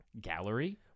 gallery